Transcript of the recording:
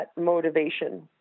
motivation